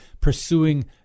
Pursuing